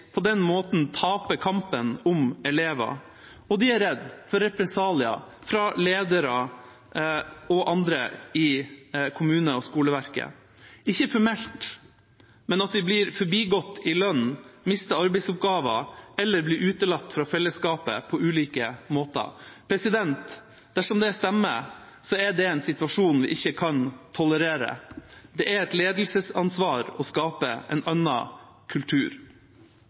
på den måten taper kampen om elever. De er redd for represalier fra ledere og andre i kommunen og skoleverket – ikke formelt, men at de blir forbigått når det gjelder lønn, mister arbeidsoppgaver eller blir utelatt fra fellesskapet på ulike måter. Dersom det stemmer, er det en situasjon vi ikke kan tolerere. Det er et ledelsesansvar å skape en annen kultur.